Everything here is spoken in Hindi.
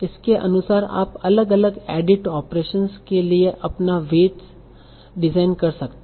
इसके अनुसार आप अलग अलग एडिट ओपरसंस के लिए अपना वेट डिज़ाइन कर सकते हैं